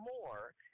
more